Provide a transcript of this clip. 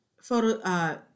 photo